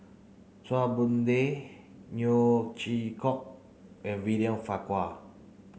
Chua Boon Lay Neo Chwee Kok and William Farquhar